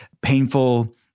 Painful